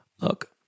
look